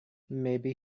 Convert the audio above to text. maybe